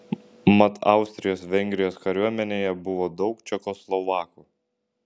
mat austrijos vengrijos kariuomenėje buvo daug čekoslovakų